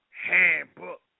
handbook